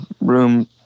room